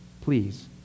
Please